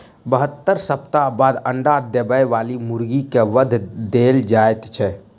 बहत्तर सप्ताह बाद अंडा देबय बाली मुर्गी के वध देल जाइत छै